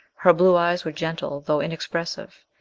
her blue eyes were gentle though inexpressive,